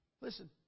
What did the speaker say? Listen